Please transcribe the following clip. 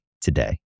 today